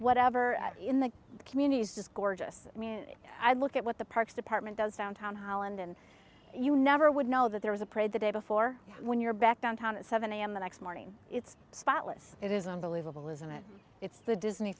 whatever in the community is this gorgeous i mean i look at what the parks department does downtown holland and you never would know that there was a parade the day before when you're back downtown at seven a m the next morning it's spotless it is unbelievable isn't it it's the disney